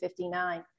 59